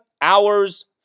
hours